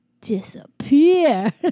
disappear